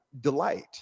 delight